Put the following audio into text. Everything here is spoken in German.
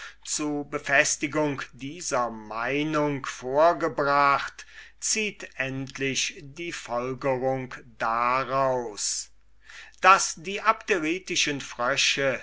zu befestigung dieser meinung vorgebracht zieht endlich die folgerung daraus daß die abderitischen frösche